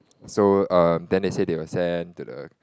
so um then they say they will send to the